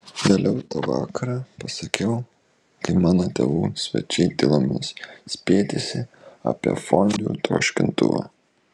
vėliau tą vakarą pasakiau kai mano tėvų svečiai tylomis spietėsi apie fondiu troškintuvą